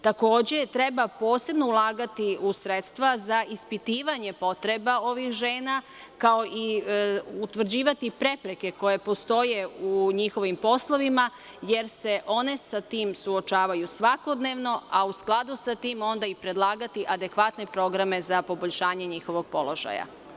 Takođe, treba posebno ulagati u sredstva za ispitivanje potreba ovih žena, kao i utvrđivati prepreke koje postoje u njihovim poslovima, jer se one sa tim suočavaju svakodnevno, a u skladu sa tim onda i predlagati adekvatne programe za poboljšanje njihovog položaja.